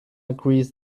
agrees